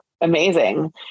Amazing